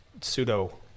pseudo